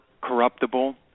corruptible